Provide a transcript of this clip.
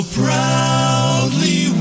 proudly